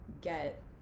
get